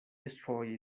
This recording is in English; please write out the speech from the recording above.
destroy